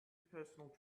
personal